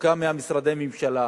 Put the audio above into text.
רחוקה ממשרדי הממשלה,